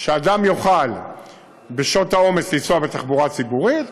שהאדם יוכל בשעות העומס לנסוע בתחבורה הציבורית,